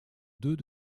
deux